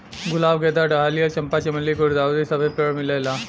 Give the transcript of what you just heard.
गुलाब गेंदा डहलिया चंपा चमेली गुल्दाउदी सबे पेड़ मिलेला